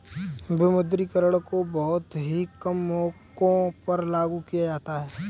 विमुद्रीकरण को बहुत ही कम मौकों पर लागू किया जाता है